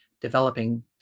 developing